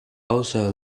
also